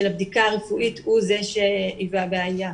הבדיקה הרפואית הוא זה שהיווה בעיה.